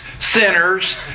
sinners